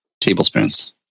tablespoons